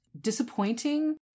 disappointing